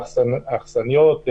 האכסניות,